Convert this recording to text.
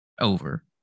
over